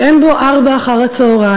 שאין בו "ארבע אחר-הצהריים",